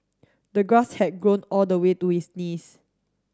the grass had grown all the way to his knees